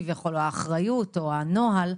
או האחריות או הנוהל.